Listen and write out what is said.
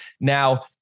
Now